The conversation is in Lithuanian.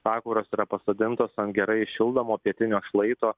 sakuros yra pasodintos ant gerai šildomo pietinio šlaito